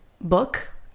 book